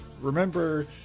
Remember